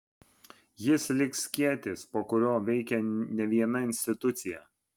jis lyg skėtis po kuriuo veikia ne viena institucija